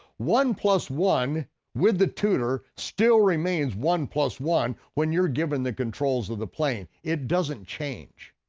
one plus one with the tutor still remains one plus one when you're given the controls of the plane. it doesn't change.